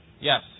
Yes